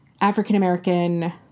african-american